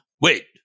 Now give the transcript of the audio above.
Wait